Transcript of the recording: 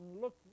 Look